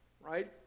right